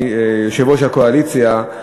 אדוני יושב-ראש הקואליציה,